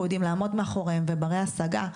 יודעים לעמוד מאחוריהם וברי השגה,